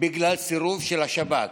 בגלל סירוב של השב"כ.